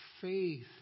faith